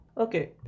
okay